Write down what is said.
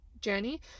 journey